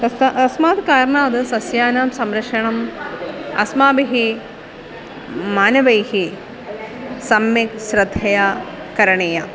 तस्य अस्माद् कारणाद् सस्यानां संरक्षणम् अस्माभिः मानवैः सम्यक् श्रद्धया करणीया